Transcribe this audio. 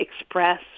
express